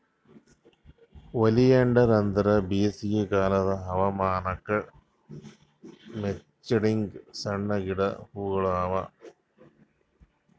oleander ಅಂದುರ್ ಬೇಸಿಗೆ ಕಾಲದ್ ಹವಾಮಾನಕ್ ಮೆಚ್ಚಂಗ್ ಸಣ್ಣ ಗಿಡದ್ ಹೂಗೊಳ್ ಅವಾ